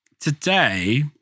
today